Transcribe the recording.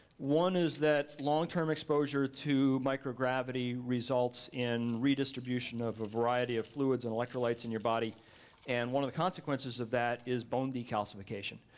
one is that long term exposure to microgravity results in redistribution of a variety of fluids and electrolytes in your body and one of the consequences of that is bone decalcification.